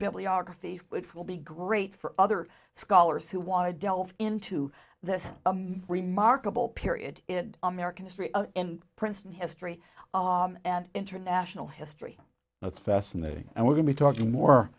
bibliography which will be great for other scholars who want to delve into this remarkable period in american history and princeton history and international history and it's fascinating and we're going to talk more